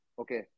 Okay